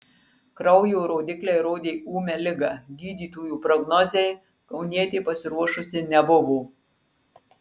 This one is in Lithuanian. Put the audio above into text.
kraujo rodikliai rodė ūmią ligą gydytojų prognozei kaunietė pasiruošusi nebuvo